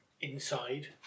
inside